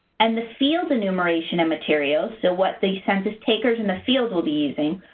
and the sealed enumeration and materials, so what the census takers in the field will be using,